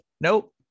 Nope